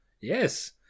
Yes